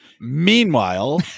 Meanwhile